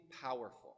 powerful